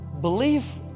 Belief